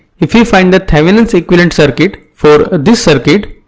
if we find the thevenin's equivalent circuit for this circuit,